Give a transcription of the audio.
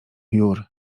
jur